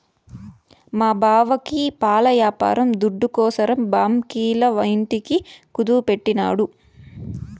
మా బావకి పాల యాపారం దుడ్డుకోసరం బాంకీల ఇంటిని కుదువెట్టినాడు